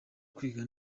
kwiga